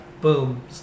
boom